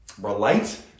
relate